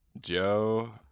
Joe